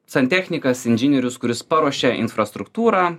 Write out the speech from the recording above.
santechnikas inžinierius kuris paruošia infrastruktūrą